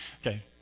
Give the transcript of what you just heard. Okay